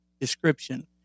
description